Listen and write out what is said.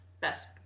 best